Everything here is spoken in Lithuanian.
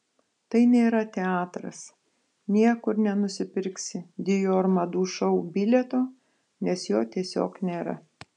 tai nėra teatras niekur nenusipirksi dior madų šou bilieto nes jo tiesiog nėra